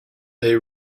they